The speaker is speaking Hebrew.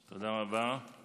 תודה רבה.